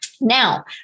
Now